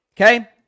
okay